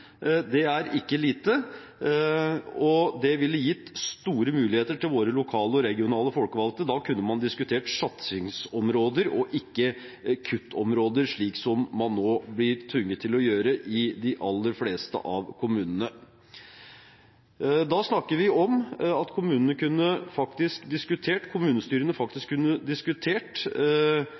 det er ikke lite. Det ville gitt store muligheter til våre lokale og regionale folkevalgte. Da kunne man diskutert satsingsområder og ikke kuttområder, slik som man nå blir tvunget til å gjøre i de aller fleste av kommunene. Da snakker vi om at kommunestyrene faktisk kunne diskutert